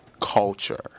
culture